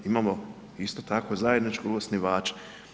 Imamo, isto tako, zajedničkog osnivača.